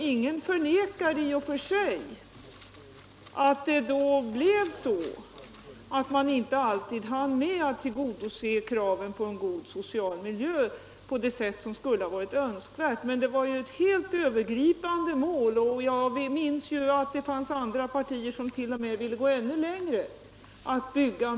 Ingen förnekar i och för sig att man då inte alltid hann med att tillgodose kraven på en god social miljö på det sätt som skulle ha varit önskvärt. Men ett helt övergripande mål var ju att bygga många bostäder; jag minns att det fanns andra partier som t.o.m. ville gå ännu längre.